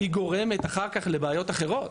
שגורמת אחר כך לבעיות אחרות.